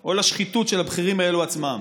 או לשחיתות של הבכירים האלו עצמם.